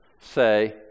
say